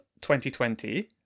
2020